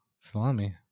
salami